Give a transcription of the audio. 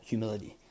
Humility